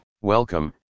Welcome